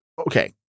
okay